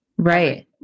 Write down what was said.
right